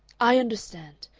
i understand.